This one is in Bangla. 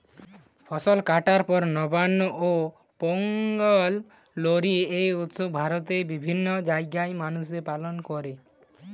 ফসল কাটার পর নবান্ন, পোঙ্গল, লোরী এই উৎসব ভারতের বিভিন্ন জাগায় মানুষ পালন কোরে